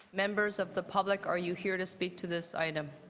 members of the public, are you here to speak to this item?